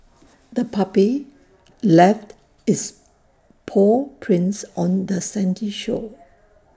the puppy left its paw prints on the sandy shore